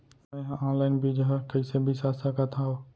मे हा अनलाइन बीजहा कईसे बीसा सकत हाव